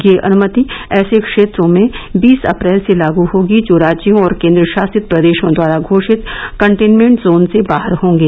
यह अनुमति ऐसे क्षेत्रों में बीस अप्रैल से लागू होगी जो राज्यों और केंद्र शासित प्रदेशों द्वारा घोषित कंटेन्मेन्ट जोन से बाहर होंगे